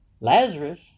Lazarus